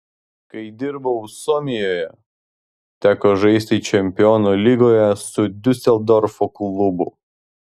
kai dirbau suomijoje teko žaisti čempionų lygoje su diuseldorfo klubu